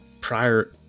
prior